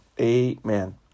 Amen